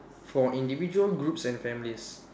for individual groups and families